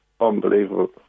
unbelievable